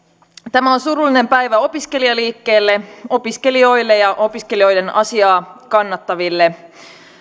tämä on surullinen päivä opiskelijaliikkeelle opiskelijoille ja opiskelijoiden asiaa kannattaville